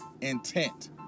intent